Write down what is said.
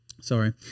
sorry